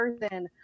person